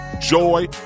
joy